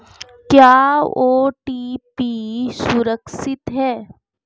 क्या ओ.टी.पी सुरक्षित है?